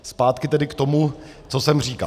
Zpátky tedy k tomu, co jsem říkal.